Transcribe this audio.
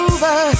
Over